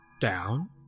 down